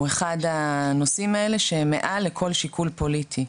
אחד הנושאים האלה שהם מעל לכל שיקול פוליטי.